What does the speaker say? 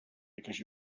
because